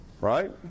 Right